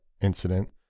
incident